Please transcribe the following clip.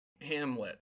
Hamlet